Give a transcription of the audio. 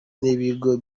n’ibigo